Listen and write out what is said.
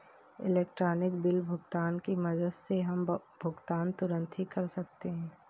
electronic bill भुगतान की मदद से हम भुगतान तुरंत ही कर सकते हैं